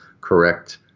correct